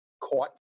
caught